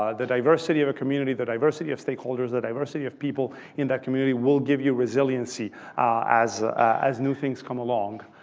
ah the diversity of a community, the diversity of stakeholders, the diversity of people in that community will give you resiliency as as new things come along.